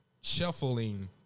shuffling